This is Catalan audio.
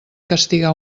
castigar